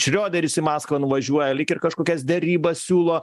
šrioderis į maskvą nuvažiuoja lyg ir kažkokias derybas siūlo